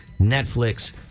Netflix